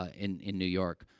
ah in in new york.